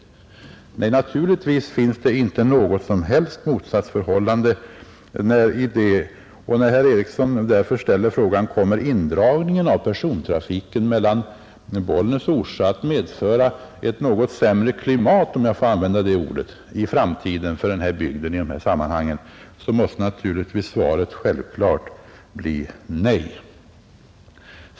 Nej, naturligtvis finns det inte något som helst motsatsförhållande i detta. När herr Eriksson frågar om indragningen av persontrafiken mellan Bollnäs och Orsa kommer att medföra ett sämre klimat — om jag får använda det ordet — i dessa sammanhang i framtiden för den här bygden, måste naturligtvis svaret bli nej.